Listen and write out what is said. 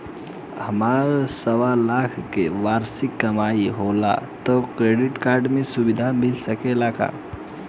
हमार सवालाख के वार्षिक कमाई होला त क्रेडिट कार्ड के सुविधा मिल सकेला का?